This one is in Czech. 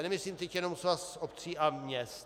Nemyslím teď jenom Svaz obcí a měst.